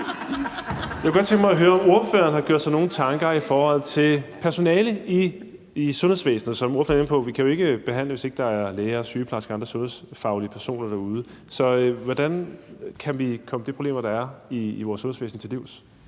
Jeg kunne godt tænke mig at høre, om ordføreren har gjort sig nogen tanker i forhold til personale i sundhedsvæsenet. Som ordføreren er inde på, kan vi jo ikke behandle, hvis ikke der er læger, sygeplejersker og andre sundhedsfaglige personer derude. Så hvordan kan vi komme de problemer, der er i vores sundhedsvæsen, til livs?